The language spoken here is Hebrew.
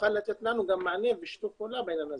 יוכל לתת לנו מענה בשיתוף פעולה בעניין הזה.